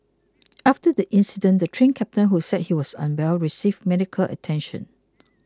after the incident the Train Captain who said he was unwell received medical attention